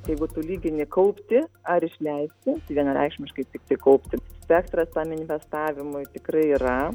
jeigu tu lygini kaupti ar išleisti tai vienareikšmiškai tiktai kaupti spektras tam investavimui tikrai yra